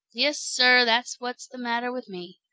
yes, sir, that's what's the matter with me.